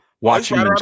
Watching